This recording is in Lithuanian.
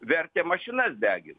vertė mašinas degin